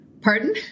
Pardon